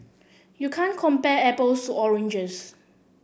you can't compare apples to oranges